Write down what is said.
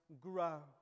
grow